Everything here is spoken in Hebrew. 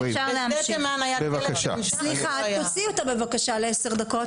סליחה, רק תוציאו אותה בבקשה ל-10 דקות.